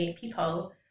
people